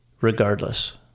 regardless